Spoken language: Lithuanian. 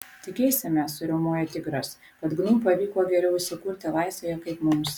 tikėsimės suriaumojo tigras kad gnu pavyko geriau įsikurti laisvėje kaip mums